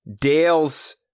Dale's